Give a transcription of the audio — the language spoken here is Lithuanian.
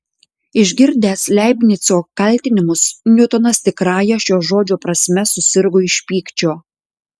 išgirdęs leibnico kaltinimus niutonas tikrąja šio žodžio prasme susirgo iš pykčio